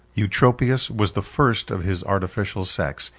eutropius was the first of his artificial sex,